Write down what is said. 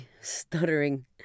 Stuttering